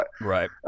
Right